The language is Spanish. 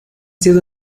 sido